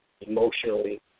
emotionally